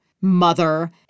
mother